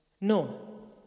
No